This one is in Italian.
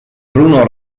bruno